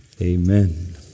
Amen